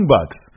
Bucks